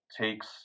takes